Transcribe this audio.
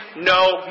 no